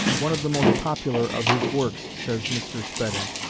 one of the most popular of his works, says mr. spedding,